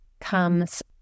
comes